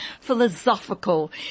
philosophical